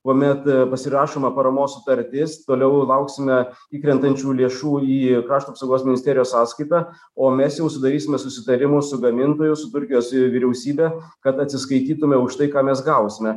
kuomet pasirašoma paramos sutartis toliau lauksime įkrentančių lėšų į krašto apsaugos ministerijos sąskaitą o mes sudarysime susitarimus su gamintoju su turkijos i vyriausybe kad atsiskaitytume už tai ką mes gausime